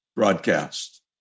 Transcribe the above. broadcast